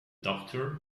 doctor